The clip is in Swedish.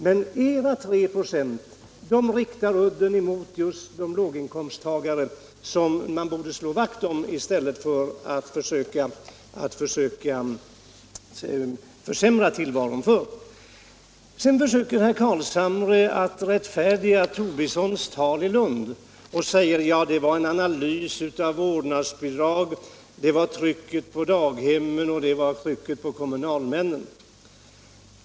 Men er 3-procentiga höjning riktar udden mot låginkomsttagarna, som man borde slå vakt om i stället för att försöka försämra tillvaron för. Vidare försöker herr Carlshamre rättfärdiga herr Tobissons tal i Lund genom att säga att det var fråga om en analys av vårdnadsbidraget där det hänvisades till trycket på daghemmen och på kommunalmännen.